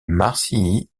marcilly